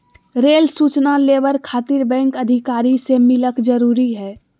Rail सूचना labour खातिर bank अधिकारी से मिलक जरूरी है?